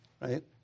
right